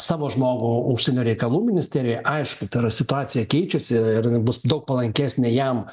savo žmogų užsienio reikalų ministerijoj aišku tai yra situacija keičiasi ir bus daug palankesnė jam